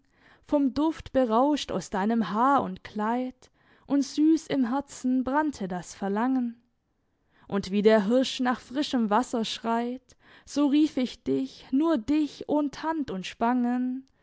vom duft berauscht aus deinem haar und kleid und süss im herzen brannte das verlangen und wie der hirsch nach frischem wasser schreit so rief ich dich nur dich ohn tand und spangen